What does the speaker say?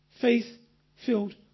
Faith-filled